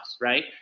right